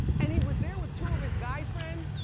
and he was there with two of his guy friends,